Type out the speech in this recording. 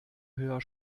höher